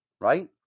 right